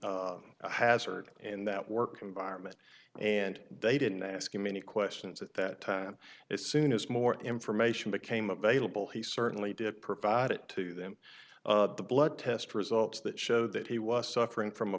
be a hazard in that work environment and they didn't ask him many questions at that time as soon as more information became available he certainly did provide it to them the blood test results that showed that he was suffering from a